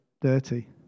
dirty